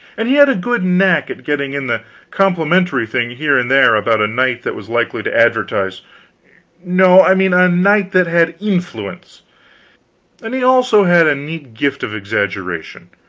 and he had a good knack at getting in the complimentary thing here and there about a knight that was likely to advertise no, i mean a knight that had influence and he also had a neat gift of exaggeration,